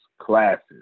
classes